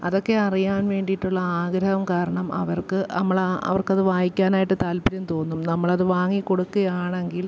അതൊക്കെ അറിയാൻ വേണ്ടിയിട്ടുള്ള ആഗ്രഹം കാരണം അവർക്ക് നമ്മൾ അ അവർക്കത് വായിക്കാനായിട്ട് താത്പര്യം തോന്നും നമ്മളത് വാങ്ങി കൊടുക്കുകയാണെങ്കിൽ